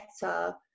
better